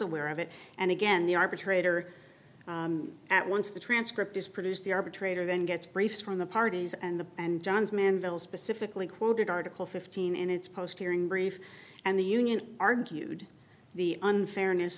aware of it and again the arbitrator at once the transcript is produced the arbitrator then gets briefs from the parties and the and johns manville specifically quoted article fifteen in its post here in brief and the union argued the unfairness